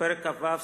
פרק כ"ו,